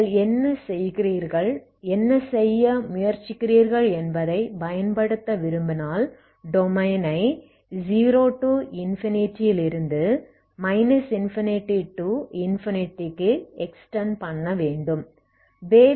நீங்கள் என்ன செய்கிறீர்கள் என்ன செய்ய முயற்சிக்கிறீர்கள் என்பதைப் பயன்படுத்த விரும்பினால் டொமைனை 0 ∞ லிருந்து ∞∞ க்கு எக்ஸ்டெண்ட் பண்ண வேண்டும்